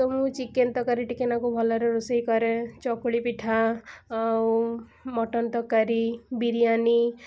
ତ ମୁଁ ଚିକେନ୍ ତରକାରୀ ଟିକେ ନାକୁ ଭଲରେ ରୋଷେଇ କରେ ଚକୁଳି ପିଠା ଆଉ ମଟନ୍ ତରକାରୀ ବିରିଆନୀ